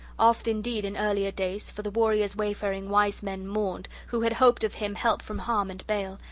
oft indeed, in earlier days, for the warrior's wayfaring wise men mourned, who had hoped of him help from harm and bale,